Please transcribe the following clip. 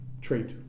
trait